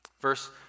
Verse